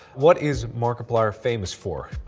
what is markiplier famous for?